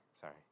Sorry